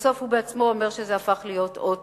בסוף הוא עצמו אומר שזה הפך להיות אות מתה,